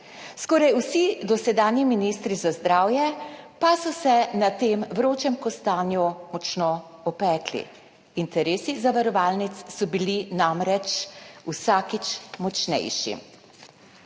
skoraj vsi dosedanji ministri za zdravje pa so se na tem vročem kostanju močno opekli. Interesi zavarovalnic so bili namreč vsakič močnejši.